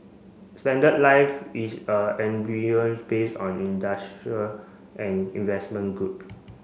Standard Life is a based on industrial and investment group